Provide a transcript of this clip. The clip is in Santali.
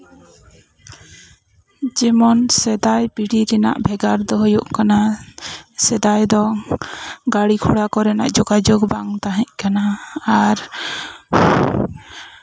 ᱡᱮᱢᱚᱱ ᱥᱮᱫᱟᱭ ᱯᱤᱲᱦᱤ ᱨᱮᱱᱟᱜ ᱵᱷᱮᱜᱟᱨ ᱫᱚ ᱦᱩᱭᱩᱜ ᱠᱟᱱᱟ ᱥᱮᱫᱟᱭ ᱫᱚ ᱜᱟᱲᱤᱼᱜᱷᱚᱲᱟ ᱠᱚᱨᱮᱱᱟᱜ ᱡᱳᱜᱟᱡᱳᱜᱽ ᱵᱟᱝ ᱛᱟᱦᱮᱸᱠᱟᱱᱟ ᱟᱨ